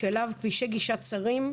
שאליו כבישי גישה צרים,